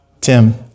Tim